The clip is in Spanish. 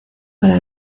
para